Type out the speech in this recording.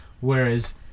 Whereas